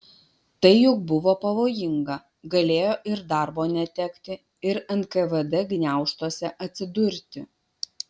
tai juk buvo pavojinga galėjo ir darbo netekti ir nkvd gniaužtuose atsidurti